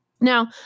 Now